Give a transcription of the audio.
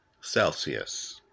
Celsius